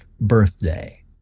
birthday